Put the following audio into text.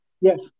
Yes